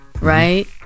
Right